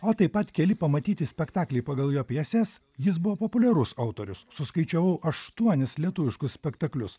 o taip pat keli pamatyti spektakliai pagal jo pjeses jis buvo populiarus autorius suskaičiavau aštuonis lietuviškus spektaklius